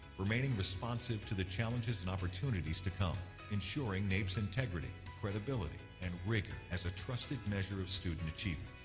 remaining responsive to the challenges and opportunities to come ensuring naep's integrity, credibility, and rigor as a trusted measure of student achievement,